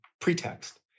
pretext